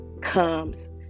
comes